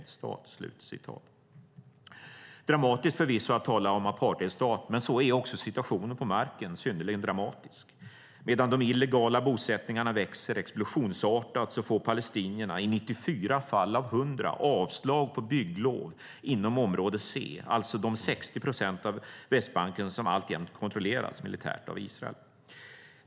Det är förvisso dramatiskt att tala om apartheidstat men så är också situationen på marken synnerligen dramatisk. Medan de illegala bosättningarna växer explosionsartat får palestinierna i 94 fall av 100 avslag på bygglov inom område C, alltså de 6o procent av Västbanken som alltjämt kontrolleras militärt av Israel.